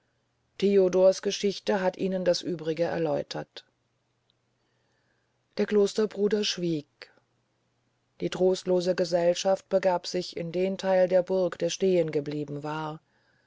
theodors geschichte hat ihnen das übrige erläutert der klosterbruder schwieg die trostlose gesellschaft begab sich in den theil der burg der stehen geblieben war